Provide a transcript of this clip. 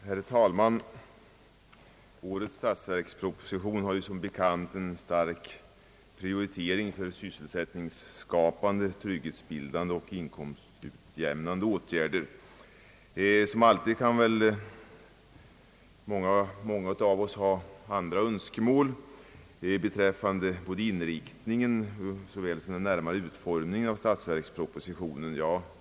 Herr talman! Årets statsverksproposition har som bekant en stark prioritering för sysselsättningsskapande, trygghetsbildande och inkomstutjämnande åtgärder. Som alltid kan väl många av oss ha vissa andra önskemål beträffande såväl inriktningen som den närmare utformningen av statsverkspropositionen.